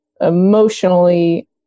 emotionally